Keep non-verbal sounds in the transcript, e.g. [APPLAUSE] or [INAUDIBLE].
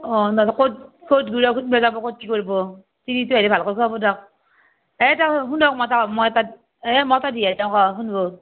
অঁ [UNINTELLIGIBLE] ক'ত বেৰাব ক'ত কি কৰিব তিৰিটো আহিলে ভালকৈ খোৱাব দিয়ক এই এটা শুনক মই মই এটা মই এটা দিহা দিওঁ শুনিব